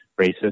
racist